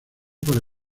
para